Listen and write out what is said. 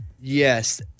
Yes